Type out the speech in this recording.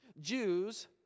Jews